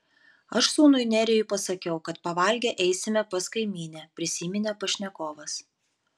aš sūnui nerijui pasakiau kad pavalgę eisime pas kaimynę prisiminė pašnekovas